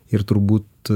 ir turbūt